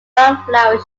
sunflower